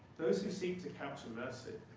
those who seek to capture mercy,